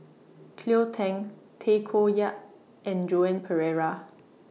Cleo Thang Tay Koh Yat and Joan Pereira